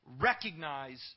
recognize